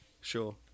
Sure